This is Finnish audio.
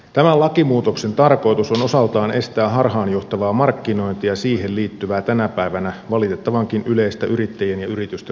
tämän lakimuutoksen tarkoitus on osaltaan estää harhaanjohtavaa markkinointia ja siihen liittyvää tänä päivänä valitettavankin yleistä yrittäjien ja yritysten huijaamista